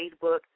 Facebook